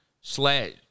slash